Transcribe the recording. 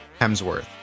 Hemsworth